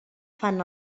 fan